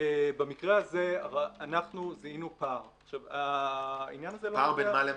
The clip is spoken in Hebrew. במקרה הזה זיהינו פער -- פער בין מה למה?